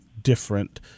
Different